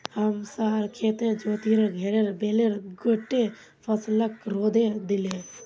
हमसार खेतत ज्योतिर घेर बैल गोट्टे फसलक रौंदे दिले